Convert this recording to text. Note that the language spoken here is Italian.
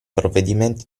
provvedimenti